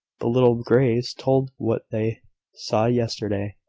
the little greys told what they saw yesterday,